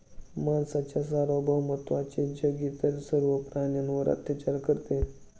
माणसाच्या सार्वभौमत्वाचे जग इतर सर्व प्राण्यांवर अत्याचार करते